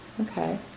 okay